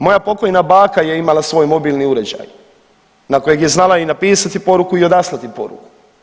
Moja pokojna baka je imala svoj mobilni uređaj na kojeg je znala i napisati poruku i odaslati poruku.